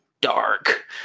dark